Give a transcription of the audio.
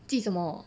寄什么